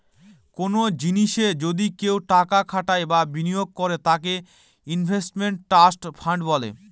কোনো জিনিসে যদি কেউ টাকা খাটায় বা বিনিয়োগ করে তাকে ইনভেস্টমেন্ট ট্রাস্ট ফান্ড বলে